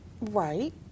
Right